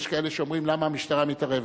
יש כאלה שאומרים: למה המשטרה מתערבת?